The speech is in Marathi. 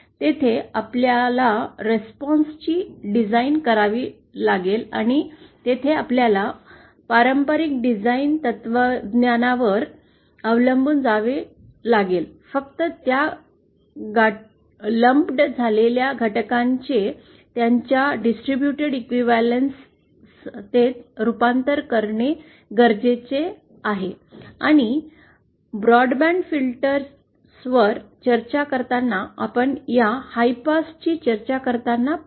तेथे आपल्याला प्रतिसादा ची रचना करावी लागेल आणि तेथे आपल्याला पारंपरिक डिझाइन तत्त्वज्ञानावर अवलंबून जावे लागेल फक्त त्या गाठी झालेल्या घटकांचे त्यांच्या वितरित समान तेत रूपांतर करणे गरजेचे आहे आणि ब्रॉडबँड फिल्टरवर चर्चा करताना आपण या उच्च पास ची चर्चा करताना पाहू